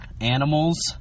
animals